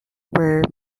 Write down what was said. were